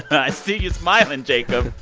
i see you smiling, jacob.